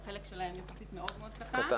החלק שלהן יחסית מאוד מאוד קטן.